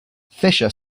fisher